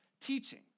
teaching